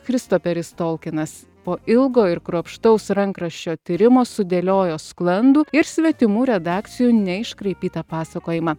christoperis tolkinas po ilgo ir kruopštaus rankraščio tyrimo sudėliojo sklandų ir svetimų redakcijų neiškraipytą pasakojimą